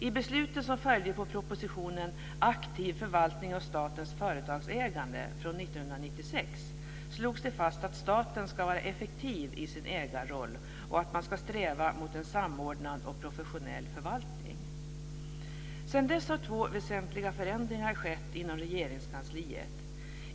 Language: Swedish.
I besluten som följde på propositionen Aktiv förvaltning av statens företagsägande från 1996 slogs det fast att staten ska vara effektiv i sin ägarroll och att man ska sträva mot en samordnad och professionell förvaltning. Sedan dess har två väsentliga förändringar skett inom Regeringskansliet.